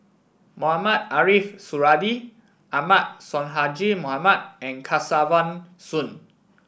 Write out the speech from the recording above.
Mohamed Ariff Suradi Ahmad Sonhadji Mohamad and Kesavan Soon